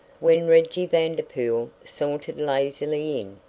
when reggy vanderpool sauntered lazily in,